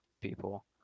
people